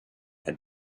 had